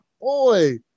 boy